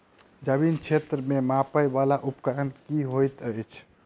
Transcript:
जमीन क्षेत्र केँ मापय वला उपकरण की होइत अछि?